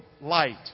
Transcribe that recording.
light